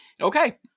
Okay